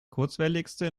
kurzwelligste